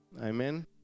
Amen